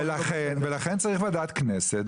ולכן צריך ועדת כנסת,